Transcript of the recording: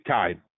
time